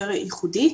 יותר ייחודית.